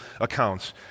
accounts